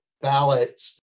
ballots